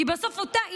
כי בסוף אותה אימא,